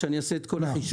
כשאני אעשה את כל החישוב.